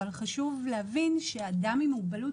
אבל חשוב להבין שאדם עם מוגבלות,